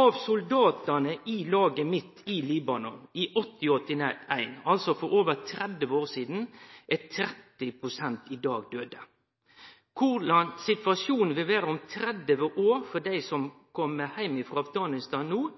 Av soldatane i laget mitt i Libanon i 1980/1981, altså for over 30 år sidan, er 30 pst. i dag døde. Korleis situasjonen vil vere om 30 år for dei som no kjem heim